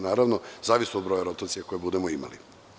Naravno, zavisno od broja rotacija koje budemo imali.